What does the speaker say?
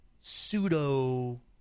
pseudo